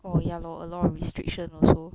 orh ya loh a lot of restriction also